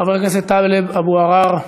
חבר הכנסת טלב אבו עראר,